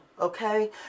okay